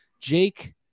Jake